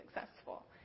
successful